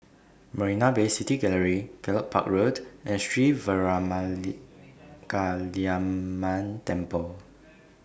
Marina Bay City Gallery Gallop Park Road and Sri Veeramakaliamman Temple